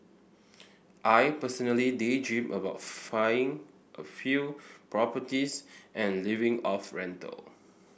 I personally daydream about a few properties and living off rental